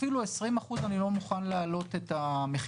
אפילו 20% אני לא מוכן להעלות את המחיר,